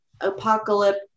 apocalypse